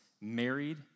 married